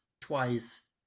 twice